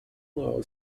note